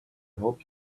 hope